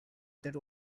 that